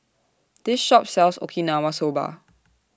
This Shop sells Okinawa Soba